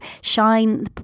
shine